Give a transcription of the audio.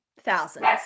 thousands